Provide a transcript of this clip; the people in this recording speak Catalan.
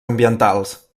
ambientals